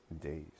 days